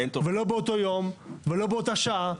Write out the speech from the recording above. ולא באותו יום ולא באותה שעה.